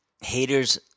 haters